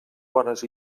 bones